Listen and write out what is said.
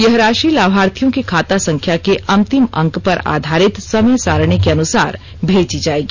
यह राशि लाभार्थियों की खाता संख्या के अंतिम अंक पर आधारित समय सारणी के अनुसार मेजी जाएगी